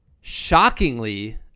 shockingly